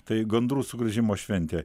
tai gandrų sugrįžimo šventė